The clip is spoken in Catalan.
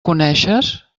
coneixes